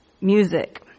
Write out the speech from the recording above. music